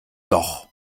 doch